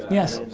yes.